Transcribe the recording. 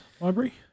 library